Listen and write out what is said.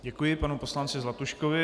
Děkuji panu poslanci Zlatuškovi.